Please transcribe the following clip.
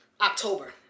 October